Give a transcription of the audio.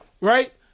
Right